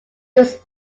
was